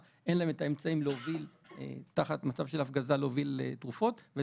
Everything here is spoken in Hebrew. אין להן את האמצעים להוביל תרופות תחת מצב של הפגזה,